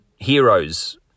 Heroes